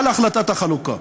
על החלטת החלוקה.